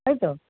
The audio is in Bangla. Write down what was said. তাই তো